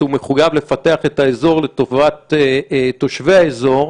הוא מחויב לפתח את האזור לטובת תושבי האזור,